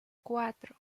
cuatro